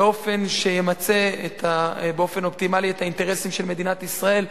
באופן שימצה באופן אופטימלי את האינטרסים של מדינת ישראל.